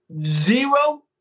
zero